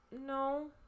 no